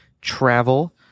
travel